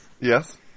yes